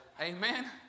Amen